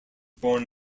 born